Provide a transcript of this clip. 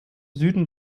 süden